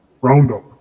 Roundup